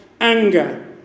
anger